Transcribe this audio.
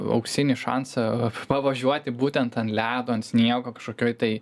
auksinį šansą pavažiuoti būtent ant ledo ant sniego kažkokioj tai